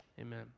amen